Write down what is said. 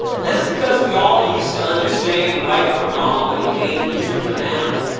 and that's because we all used to understand right from wrong, when it came to the treatment of animals.